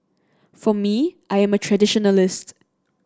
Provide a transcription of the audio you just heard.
for me I am a traditionalist